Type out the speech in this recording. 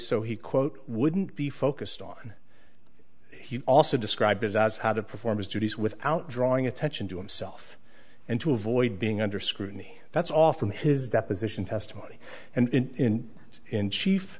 so he quote wouldn't be focused on he also describes as how to perform his duties without drawing attention to himself and to avoid being under scrutiny that's all from his deposition testimony and in it in chief